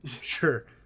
sure